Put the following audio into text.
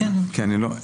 כ, בוודאי.